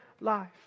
life